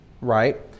right